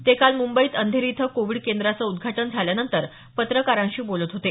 ते काल मुंबईत अंधेरी इथं कोविड केंद्राचं उद्घाटन झाल्यानंतर पत्रकारांशी बोलत होते